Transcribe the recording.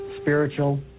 spiritual